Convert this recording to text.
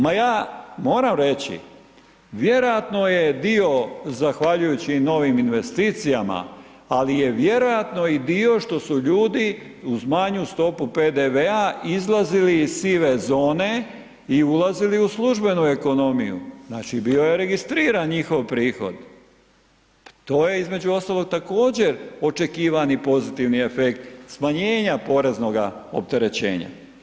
Ma ja, moram reći, vjerojatno je dio zahvaljujući i novim investicijama, ali je vjerojatno i dio što su ljudi uz manju stopu PDV-a izlazili iz sive zone i ulazili u službenu ekonomiju, znači bio je registriran njihov prihod, pa to je između ostalog također očekivani pozitivni efekt smanjenja poreznoga opterećenja.